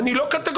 אני לא קטגור.